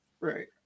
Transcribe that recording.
Right